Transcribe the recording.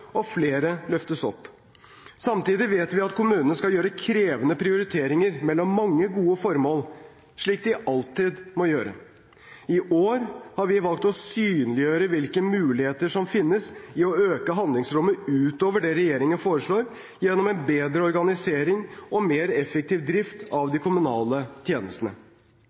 og flere løftes opp. Samtidig vet vi at kommunene skal gjøre krevende prioriteringer mellom mange gode formål, slik de alltid må gjøre. I år har vi valgt å synliggjøre hvilke muligheter som finnes i å øke handlingsrommet utover det regjeringen foreslår, gjennom en bedre organisering og mer effektiv drift av de kommunale tjenestene.